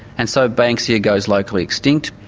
and so banksia goes locally extinct.